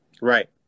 Right